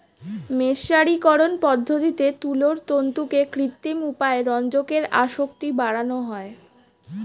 মের্সারিকরন পদ্ধতিতে তুলোর তন্তুতে কৃত্রিম উপায়ে রঞ্জকের আসক্তি বাড়ানো হয়